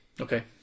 okay